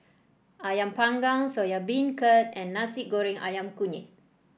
ayam Panggang Soya Beancurd and Nasi Goreng ayam Kunyit